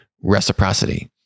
reciprocity